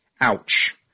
Ouch